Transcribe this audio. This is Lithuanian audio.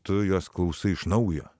tu juos klausai iš naujo